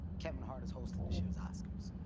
kevin hart is hosting this year's oscars.